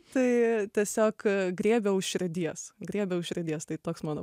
tai tiesiog griebia už širdies griebia už širdies tai toks mano